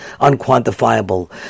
unquantifiable